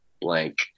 blank